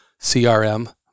CRM